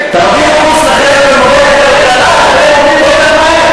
תעבירו קורס לחבר'ה במבוא לכלכלה,